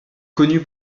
connu